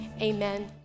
amen